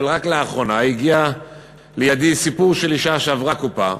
רק לאחרונה הגיע אלי סיפור של אישה שעברה קופה.